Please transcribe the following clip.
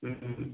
হুম হুম হুম